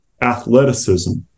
athleticism